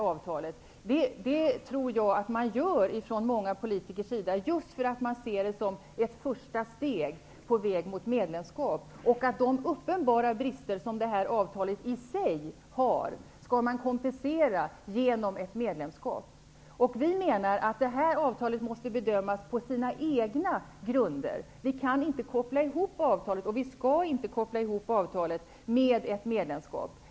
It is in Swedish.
Jag tror att många politiker accepterar bristerna i avtalet för att de ser det som ett första steg på väg mot medlemskap. Man menar att de uppenbara brister som det här avtalet i sig har skall kompenseras genom ett medlemskap. Vi menar att avtalet måste bedömas på sina egna grunder. Vi kan och skall inte koppla ihop avtalet med ett medlemskap.